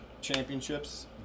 championships